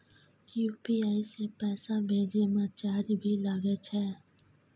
UPI से पैसा भेजै म चार्ज भी लागे छै?